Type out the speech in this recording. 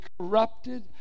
corrupted